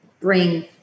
bring